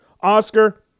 Oscar